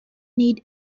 need